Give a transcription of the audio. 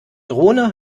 drohne